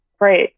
right